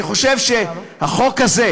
אני חושב שהחוק הזה,